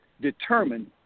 determine